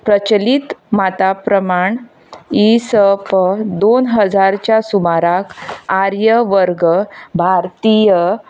प्रचलीत माताप्रमाण इ स प दोन हजारच्या सुमाराक आर्य वर्ग भारतीय